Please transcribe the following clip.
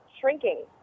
shrinking